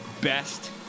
best